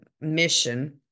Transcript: mission